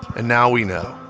and now we know,